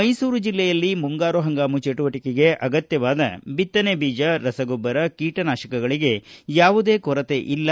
ಮೈಸೂರು ಜಿಲ್ಲೆಯಲ್ಲಿ ಮುಂಗಾರು ಹಂಗಾಮು ಚಟುವಟಕೆಗೆ ಅಗತ್ತವಾದ ಬಿತ್ತನೆಬೀಜ ರಸಗೊಬ್ಬರ ಕೀಟನಾಶಕಗಳಿಗೆ ಯಾವುದೇ ಕೊರತೆ ಇಲ್ಲ